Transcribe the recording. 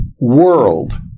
world